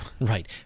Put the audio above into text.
Right